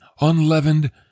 unleavened